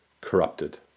corrupted